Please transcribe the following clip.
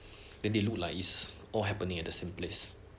then they looked like it's all happening at the same place